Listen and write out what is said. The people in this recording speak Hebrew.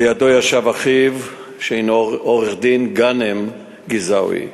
לידו ישב אחיו, עורך-דין גאנם גזאווי,